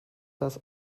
das